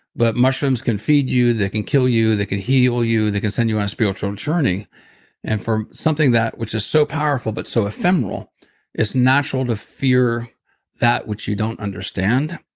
but mushrooms can feed you they can kill you, they can heal you, they can send you on a spiritual journey and for something that which is so powerful but so ephemeral is natural to fear that which you don't understand.